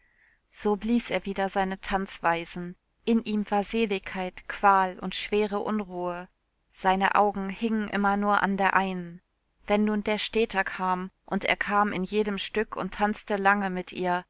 so blies er wieder seine tanzweisen in ihm war seligkeit qual und schwere unruhe seine augen hingen immer nur an der einen wenn nun der städter kam und er kam in jedem stück und tanzte lange mit ihr